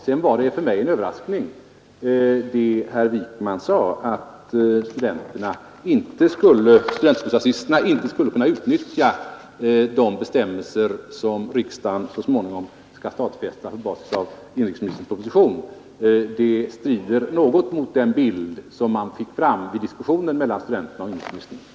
Sedan var det för mig en överraskning att höra herr Wijkman säga att studentbostadsstiftelserna inte skulle kunna utnyttja de bestämmelser som riksdagen så småningom skall stadfästa på basis av inrikesministerns proposition. Det strider något mot den bild man fick vid diskussionen mellan studenterna och inrikesministern.